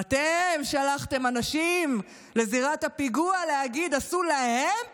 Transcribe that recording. ואתם שלחתם אנשים לזירת הפיגוע להגיד: עשו להם פיגוע.